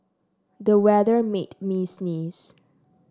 the weather made me sneeze